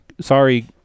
sorry